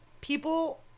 people